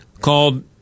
called